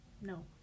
No